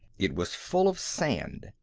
it was full of sand.